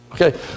Okay